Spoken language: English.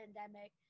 pandemic